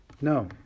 No